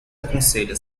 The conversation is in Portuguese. aconselha